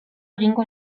egingo